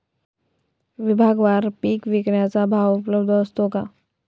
विभागवार पीक विकण्याचा भाव उपलब्ध असतो का?